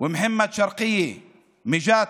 ומוחמד שרקייה מג'ת.